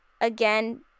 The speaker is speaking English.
again